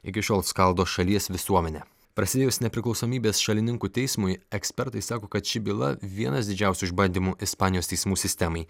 iki šiol skaldo šalies visuomenę prasidėjus nepriklausomybės šalininkų teismui ekspertai sako kad ši byla vienas didžiausių išbandymų ispanijos teismų sistemai